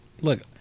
Look